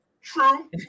true